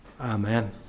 Amen